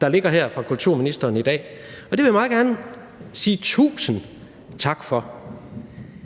der ligger her fra kulturministeren i dag. Det vil jeg meget gerne sige tusind tak for.